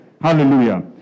Hallelujah